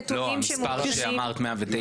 המספר שאמרת 109,